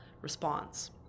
response